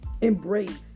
embrace